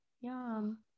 Yum